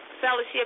fellowship